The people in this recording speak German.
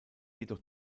jedoch